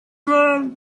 well